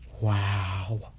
Wow